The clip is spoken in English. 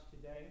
today